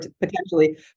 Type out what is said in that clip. potentially